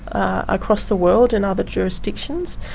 across the world and other jurisdictions.